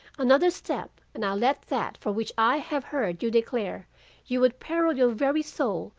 another step and i let that for which i have heard you declare you would peril your very soul,